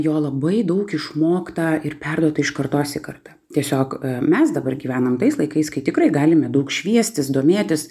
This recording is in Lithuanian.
jo labai daug išmokta ir perduota iš kartos į kartą tiesiog mes dabar gyvenam tais laikais kai tikrai galime daug šviestis domėtis